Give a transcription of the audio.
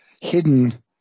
hidden